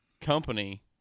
company